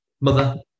mother